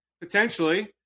Potentially